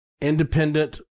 independent